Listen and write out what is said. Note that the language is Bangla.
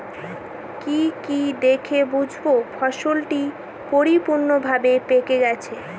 কি কি দেখে বুঝব ফসলটি পরিপূর্ণভাবে পেকে গেছে?